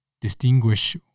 distinguish